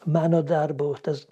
mano darbo tas